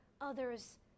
others